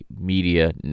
Media